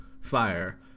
Fire